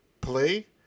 play